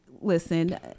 listen